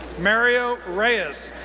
mario reyes,